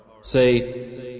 Say